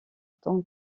temps